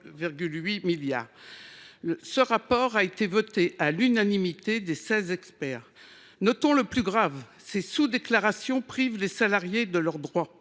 Ce rapport a été voté à l’unanimité des seize experts. Notons le plus grave : ces sous déclarations privent les salariés de leurs droits.